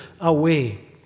away